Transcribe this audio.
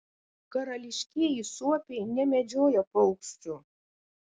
karališkieji suopiai nemedžioja paukščių